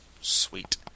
Sweet